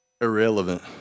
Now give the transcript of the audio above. irrelevant